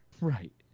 right